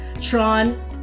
Tron